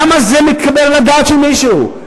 למה, זה מתקבל על דעתו של מישהו?